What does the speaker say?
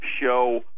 show